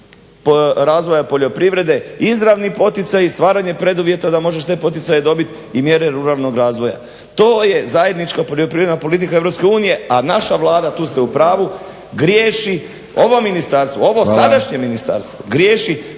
razvoja poljoprivrede izravni poticaji i stvaranje preduvjeta da možeš te poticaje dobit i mjere ruralnog razvoja. To je zajednička poljoprivredna politika EU a naša Vlada tu ste u pravu griješi. Ovo ministarstvo, ovo sadašnje ministarstvo griješi